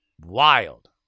wild